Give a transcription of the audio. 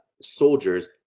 soldiers